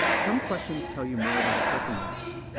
some questions tell you more about a person than others.